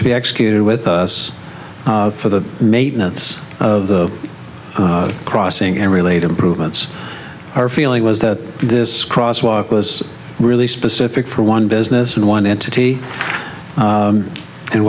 to be executed with us for the maintenance of the crossing and related improvements our feeling was that this cross walk was really specific for one business and one entity